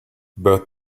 bert